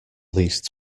least